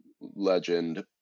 legend